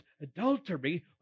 adultery